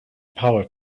power